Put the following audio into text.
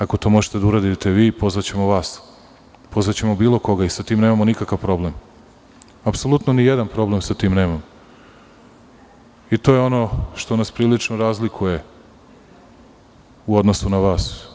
Ako to možete da uradite vi, pozvaćemo vas, pozvaćemo bilo koga i sa tim nemamo nikakav problem, apsolutno nijedan problem sa tim nemamo i to je ono što nas prilično razlikuje u odnosu na vas.